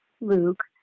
Luke